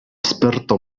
sperto